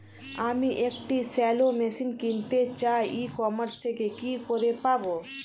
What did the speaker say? আমি একটি shallow machine কিনতে চাই ই কমার্স থেকে কি করে পাবো?